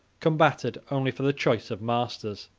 combated only for the choice of masters.